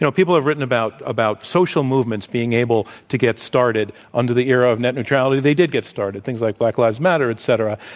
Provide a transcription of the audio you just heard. so people have written about about social movements being able to get started. under the era of net neutrality, they did get started things like black lives matter, et cetera.